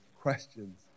questions